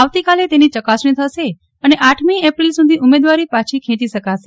આવતીકાલે તેની ચકાસણી થશે અને આઠમી એપ્રિલ સુધી ઉમેદવારી પાછી ખેંચી શકાશે